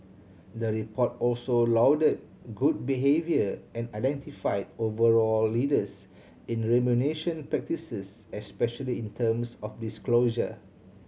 the report also lauded good behaviour and identified overall leaders in remuneration practices especially in terms of disclosure